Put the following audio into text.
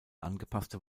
angepasste